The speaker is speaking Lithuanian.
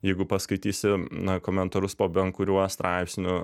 jeigu paskaitysi na komentarus po bet kuriuo straipsniu